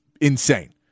insane